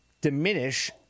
diminish